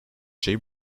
şey